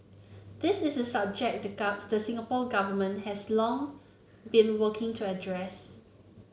this is a subject the the Singapore Government has long been working to address